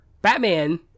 Batman